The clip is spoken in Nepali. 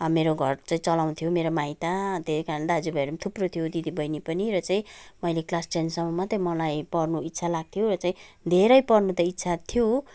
मेरो घर चाहिँ चलाउँथ्यो मेरो माइत त्यही कारण दाजुभाइ थुप्रै थियो र दिदीबहिनी पनि र चाहिँ मैले क्लास टेनसम्म मात्र मलाई पढ्नु इच्छा लाग्थ्यो धेरै पढ्नु त इच्छा थियो